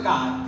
God